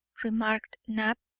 remarked knapp,